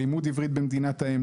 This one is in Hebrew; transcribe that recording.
לימוד עברית במדינת האם,